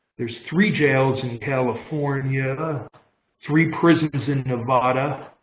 there's three jails in california. three prisons in nevada.